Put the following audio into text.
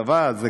הדבר הזה,